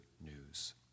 news